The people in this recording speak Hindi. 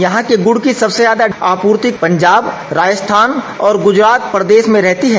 यहां के गुड़ की सबसे ज्यादा मांग पंजाब राजस्थान और गुजरात प्रदेश में रहती है